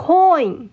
Coin